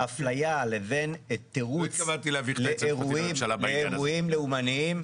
בין אפליה לבין תירוץ לאירועים לאומניים,